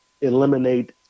eliminate